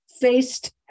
faced